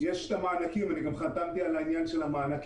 שיש את המענקים ואני גם חתמתי על העניין של המענקים.